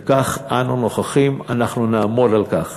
וכך אנו נוכחים, אנחנו נעמוד על כך